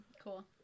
Cool